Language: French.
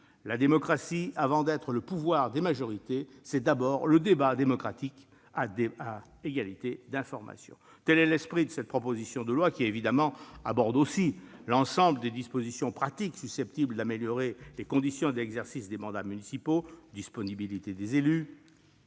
La démocratie, avant d'être le pouvoir des majorités, c'est d'abord le débat démocratique à égalité d'information. Tel est l'esprit de cette proposition de loi, qui évidemment aborde aussi l'ensemble des dispositions pratiques susceptibles d'améliorer les conditions d'exercice des mandats municipaux : disponibilité des élus,